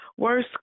Worse